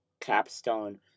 capstone